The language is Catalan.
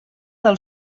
del